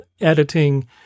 editing